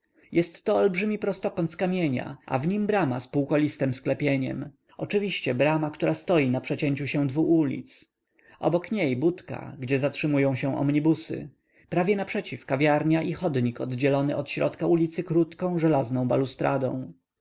dotychczas jestto olbrzymi prostokąt z kamienia a w nim brama z półkolistem sklepieniem oczywiście brama która stoi na przecięciu się dwu ulic obok niej budka gdzie zatrzymują się omnibusy prawie naprzeciw kawiarnia i chodnik oddzielony od środka ulicy krótką żelazną balustradą